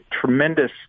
tremendous